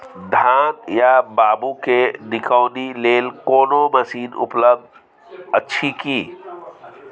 धान या बाबू के निकौनी लेल कोनो मसीन उपलब्ध अछि की?